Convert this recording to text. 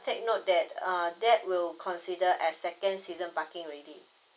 take note that uh that will consider as second season parking already